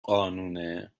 قانونه